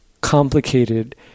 complicated